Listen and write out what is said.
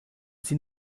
sie